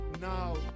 now